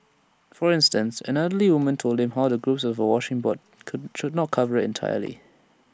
for instance an elderly woman told him how the grooves on A washing board could should not cover IT entirely